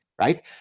right